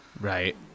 right